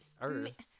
Earth